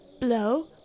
blow